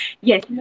Yes